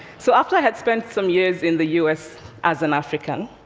so, after i had spent some years in the u s. as an african,